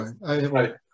right